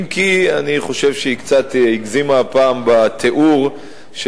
אם כי אני חושב שהיא קצת הגזימה הפעם בתיאור של